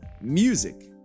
music